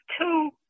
two